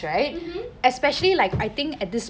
mmhmm